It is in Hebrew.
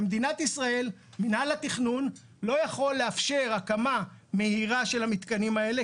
במדינת ישראל מינהל התכנון לא יכול לאפשר הקמה מהירה של המתקנים האלה,